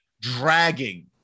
dragging